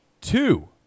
two